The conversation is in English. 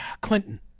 Clinton